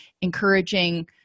encouraging